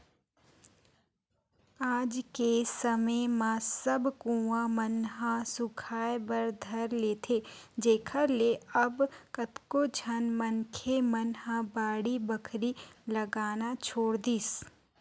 आज के समे म सब कुँआ मन ह सुखाय बर धर लेथे जेखर ले अब कतको झन मनखे मन ह बाड़ी बखरी लगाना छोड़ दिस